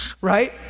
right